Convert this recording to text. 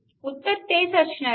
उत्तर तेच असणार आहे